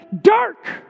dark